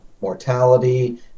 mortality